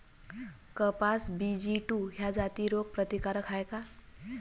कपास BG two ह्या जाती रोग प्रतिकारक हाये का?